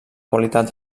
qualitat